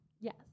Yes